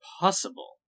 possible